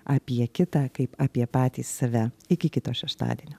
apie kitą kaip apie patį save iki kito šeštadienio